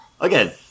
again